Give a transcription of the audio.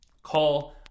Call